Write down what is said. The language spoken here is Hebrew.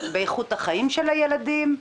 באיכות החיים של הילדים,